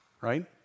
Right